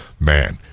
man